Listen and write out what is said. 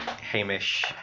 Hamish